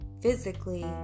physically